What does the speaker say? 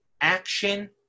action